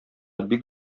бик